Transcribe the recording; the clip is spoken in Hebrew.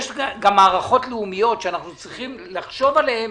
יש גם מערכות לאומיות שאנחנו צריכים לחשוב עליהן.